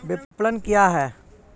विपणन क्या है?